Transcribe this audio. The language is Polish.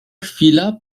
chwila